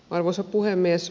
arvoisa puhemies